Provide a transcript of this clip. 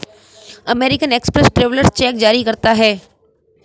American Express travellers cheque जारी करता है